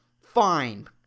Fine